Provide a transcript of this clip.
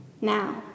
now